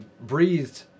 breathed